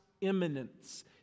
imminence